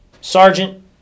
Sergeant